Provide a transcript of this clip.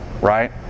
Right